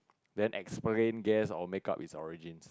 then explain guess or make up its origins